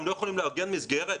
אתם לא יכולים לארגן מסגרת?